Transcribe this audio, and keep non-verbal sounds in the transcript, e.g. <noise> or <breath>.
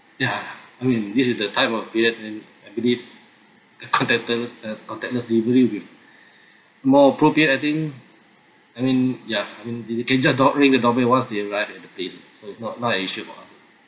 ya I mean this is the time of period when I believe the contact~ or uh contactless delivery would be <breath> more appropriate I think I mean ya I mean you can just door ring the doorbell once they arrive at the place so it's not not an issue about us